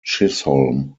chisholm